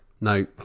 No